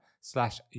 slash